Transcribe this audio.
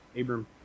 Abram